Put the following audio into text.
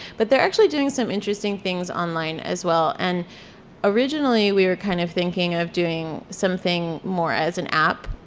but they're actually doing some interesting things online as well and originally we were kind of thinking of doing something more as an app,